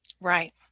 Right